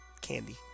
candy